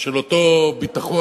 של אותו ביטחון,